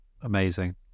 Amazing